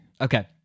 Okay